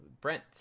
Brent